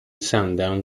sundown